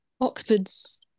Oxford's